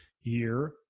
year